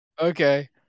okay